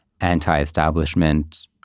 anti-establishment